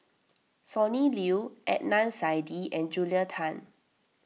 Sonny Liew Adnan Saidi and Julia Tan